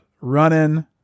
running